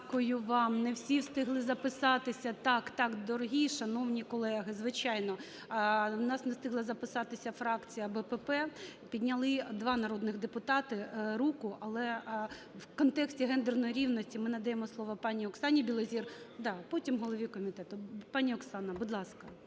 Дякую вам. Не всі встигли записатися. Так-так, дорогі і шановні колеги, звичайно, у нас не встигла записатися фракція БПП, підняли два народних депутати руку. Але в контексті гендерної рівності ми надаємо слово пані Оксані Білозір, потім - голові комітету. Пані Оксана, будь ласка,